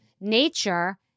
nature